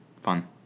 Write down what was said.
fun